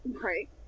Right